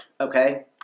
okay